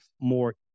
more